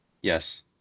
Yes